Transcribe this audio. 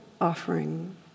offering